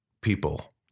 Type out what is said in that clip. people